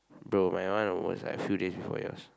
bro my one was like a few days before yours